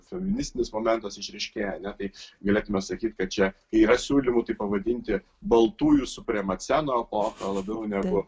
feministinis momentas išryškėja ar ne tai galėtume sakyti kad čia yra siūlymų tai pavadinti baltųjų supremaceno o labiau negu